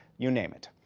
you name it.